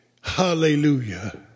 Hallelujah